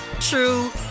true